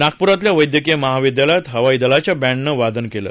नागपुरातल्या वैद्यकीय महाविद्यालयात हवाई दलाच्या बँडने वादन केलं